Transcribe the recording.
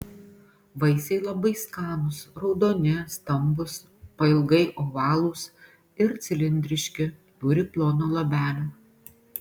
vaisiai labai skanūs raudoni stambūs pailgai ovalūs ir cilindriški turi ploną luobelę